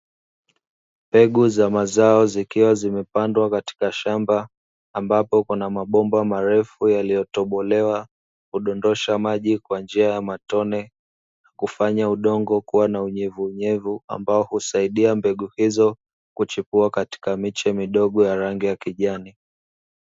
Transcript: Mbegu za mazao zikiwa zimepandwa katika shamba, ambapo kuna mabomba marefu yaliotobolewa hudondosha maji kwa njia ya matone kufanya udongo kua na unyevunyevu ambao husaidia mbegu hizo kuchipua kayika miche midogo ya rangi ya kijani.